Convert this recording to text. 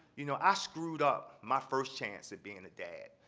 you know ah screwed up my first chance at being a dad,